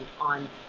on